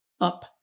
up